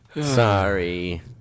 Sorry